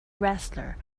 wrestler